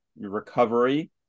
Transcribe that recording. recovery